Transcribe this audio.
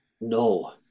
No